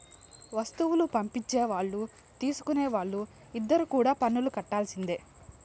వస్తువులు పంపించే వాళ్ళు తీసుకునే వాళ్ళు ఇద్దరు కూడా పన్నులు కట్టాల్సిందే